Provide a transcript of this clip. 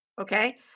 okay